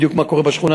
מה בדיוק קורה בשכונה.